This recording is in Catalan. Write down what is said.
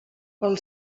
pel